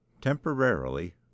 Temporarily